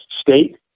state